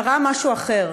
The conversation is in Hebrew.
קרה משהו אחר,